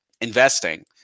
investing